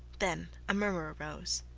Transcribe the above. then a murmur arose.